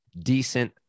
decent